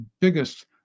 biggest